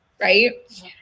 Right